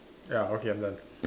ya okay I'm done